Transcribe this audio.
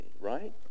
right